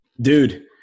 Dude